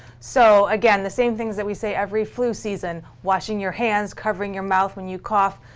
so again, the same things that we say every flu season, washing your hands, covering your mouth when you cough,